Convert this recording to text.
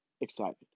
excited